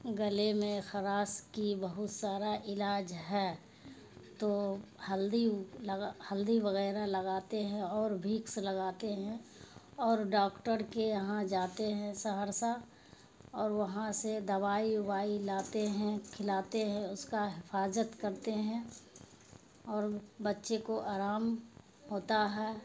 گلے میں خراش کی بہت سارا علاج ہے تو ہلدی لگا ہلدی وغیرہ لگاتے ہے اور ویکس لگاتے ہیں اور ڈاکٹر کے یہاں جاتے ہیں سہرسہ اور وہاں سے دوائی اوائی لاتے ہیں کھلاتے ہیں اس کا حفاظت کرتے ہیں اور بچے کو آرام ہوتا ہے